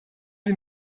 sie